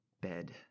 bed